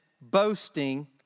boasting